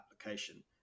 application